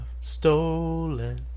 stolen